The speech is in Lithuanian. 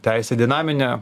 teisė dinaminė